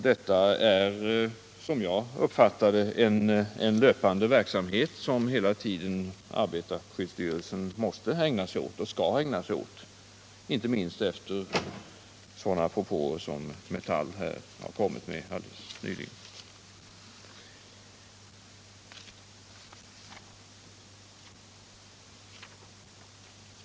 Det är, som jag uppfattar det, en löpande verksamhet som arbetarskyddsstyrelsen hela tiden måste ägna sig åt och skall ägna sig åt.